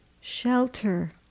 shelter